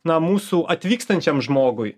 na mūsų atvykstančiam žmogui